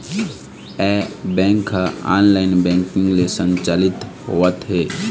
ए bank ह online banking ले संचालित होवत हे